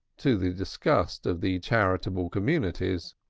to the disgust of the charitable committees.